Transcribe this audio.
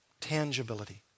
Tangibility